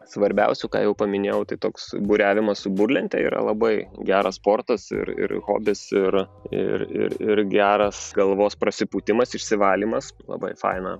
svarbiausių ką jau paminėjau tai toks buriavimas su burlente yra labai geras sportas ir ir hobis ir ir ir ir geras galvos pasipūtimas išsivalymas labai faina